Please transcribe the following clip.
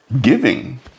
Giving